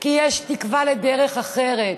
כי יש תקווה לדרך אחרת.